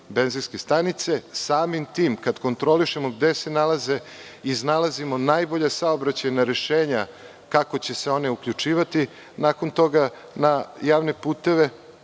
benzinske stanice. Samim tim, kada kontrolišemo gde se nalaze, iznalazimo najbolja saobraćajna rešenja, kako će se oni uključivati nakon toga na javne puteve. Pod